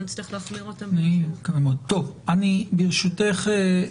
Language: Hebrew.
אני ברשותך,